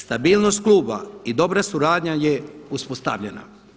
Stabilnost kluba i dobra suradnja je uspostavljena.